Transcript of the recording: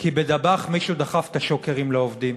כי ב"דבאח" מישהו דחף את השוקרים לעובדים,